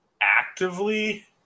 actively